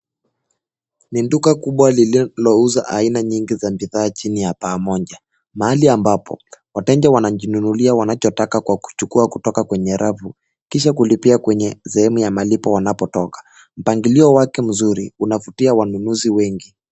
Ni duka kubwa lililouza aina nyingi za bidhaa chini ya baa moja .Mahali ambapo wateja wanajinunulia wanachotaka kwa kuchukua kutoka kwenye rafu, kisha kulipia kwenye sehemu ya malipo wanapotoka. Mpangilio wake mzuri unavutia wanunuzi wengi.